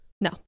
No